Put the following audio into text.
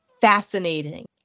fascinating